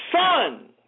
son